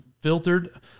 filtered